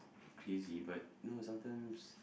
crazy but you know sometimes